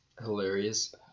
hilarious